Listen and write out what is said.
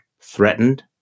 threatened